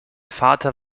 vater